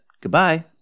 Goodbye